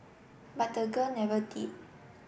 but the girl never did